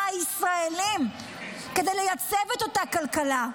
הישראליים כדי לייצב את אותה כלכלה?